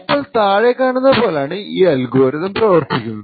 അപ്പോൾ താഴെ കാണുന്ന പോലാണ് ഈ അൽഗോരിതം പ്രവർത്തിക്കുന്നത്